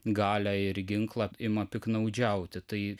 galią ir ginklą ima piktnaudžiauti tai